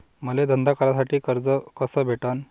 मले धंदा करासाठी कर्ज कस भेटन?